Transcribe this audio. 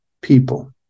people